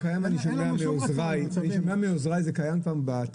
אני שומע מעוזריי שזה קיים בטקסטים.